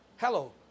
Hello